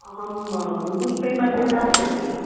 अहं Google pay मध्ये दास्यामि